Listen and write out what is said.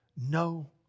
No